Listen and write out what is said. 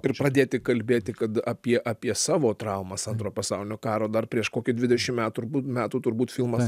ir pradėti kalbėti kad apie apie savo traumas antro pasaulinio karo dar prieš kokį dvidešim metų rbū metų turbūt filmas